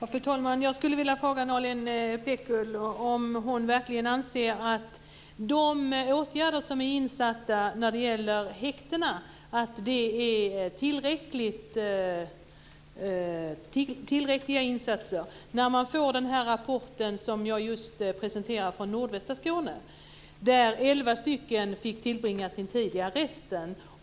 Fru talman! Jag skulle vilja fråga Nalin Pekgul om hon verkligen anser att de åtgärder som är insatta när det gäller häktena är tillräckliga när man får den rapport från nordvästra Skåne som jag just presenterade. Elva stycken fick tillbringa sin tid i arresten.